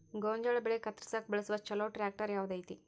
ಗೋಂಜಾಳ ಬೆಳೆ ಕತ್ರಸಾಕ್ ಬಳಸುವ ಛಲೋ ಟ್ರ್ಯಾಕ್ಟರ್ ಯಾವ್ದ್ ಐತಿ?